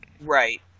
Right